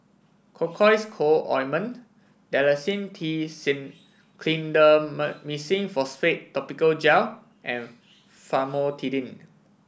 Cocois Co Ointment Dalacin T Clindamycin Phosphate Topical Gel and Famotidine